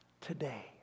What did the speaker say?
today